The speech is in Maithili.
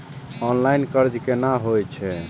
ऑनलाईन कर्ज केना होई छै?